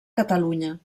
catalunya